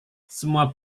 semua